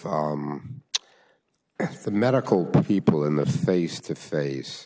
the medical people in the face to face